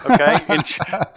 Okay